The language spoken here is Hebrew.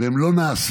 והן לא נעשו.